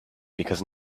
because